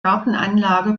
gartenanlage